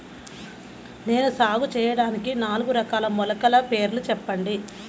నేను సాగు చేయటానికి నాలుగు రకాల మొలకల పేర్లు చెప్పండి?